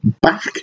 back